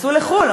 נסעו לחו"ל,